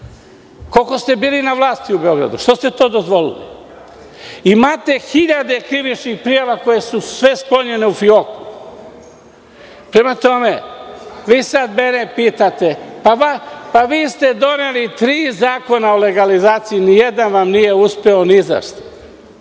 Koliko ste bili na vlasti u Beogradu? Što ste to dozvolili? Imate hiljade krivičnih prijava koje su sklonjene u fioku. Prema tome, vi sada mene pitate, pa vi ste doneli tri zakona o legalizaciji. Ni jedan vam nije uspeo ni za šta.